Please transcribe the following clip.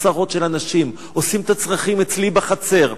עשרות אנשים עושים את הצרכים אצלי בחצר.